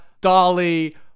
Dolly